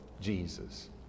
Jesus